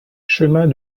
chemin